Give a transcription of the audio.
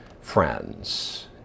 friends